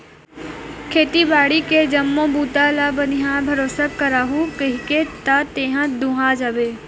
खेती बाड़ी के जम्मो बूता ल बनिहार भरोसा कराहूँ कहिके त तेहा दूहा जाबे